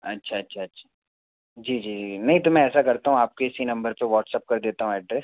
अच्छा अच्छा अच्छा जी जी नहीं तो मैं ऐसा करता हूँ आपके इसी नंबर पर व्हाट्सएप कर देता हूँ एड्रेस